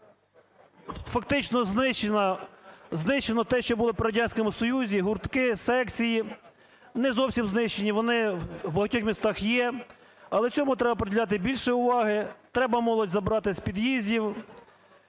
фактично знищено те, що було при Радянському Союзі, гуртки, секції, не зовсім знищені, вони у багатьох містах є, але цьому треба приділяти більше уваги, треба молодь забрати з під'їздів,